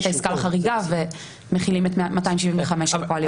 את העסקה לחריגה ומחילים את 275 כפועל יוצא.